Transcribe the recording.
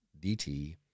DT